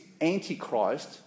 Antichrist